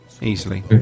Easily